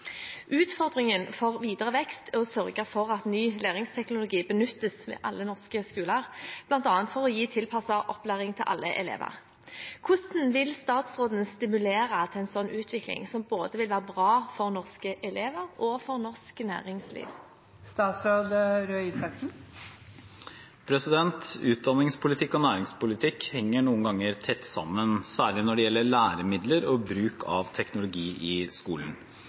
Utfordringen for videre vekst er å sørge for at ny læringsteknologi benyttes ved alle norske skoler, bl.a. for å gi tilpasset opplæring til alle elever. Hvordan vil statsråden stimulere til en slik utvikling, som både vil være bra for norske elever og norsk næringsliv?» Utdanningspolitikk og næringspolitikk henger noen ganger tett sammen, særlig når det gjelder læremidler og bruk av teknologi i skolen.